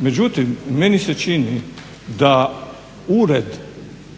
Međutim meni se čini da ured,